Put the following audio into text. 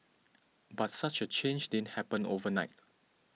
but such a change didn't happen overnight